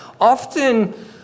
often